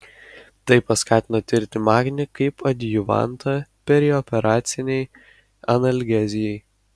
tai paskatino tirti magnį kaip adjuvantą perioperacinei analgezijai